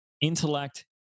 intellect